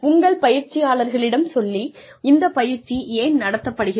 உங்கள் பயிற்சியாளர்களிடம் சொல்லி இந்த பயிற்சி ஏன் நடத்தப்படுகிறது